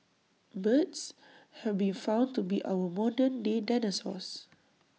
birds have been found to be our modern day dinosaurs